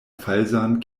falsan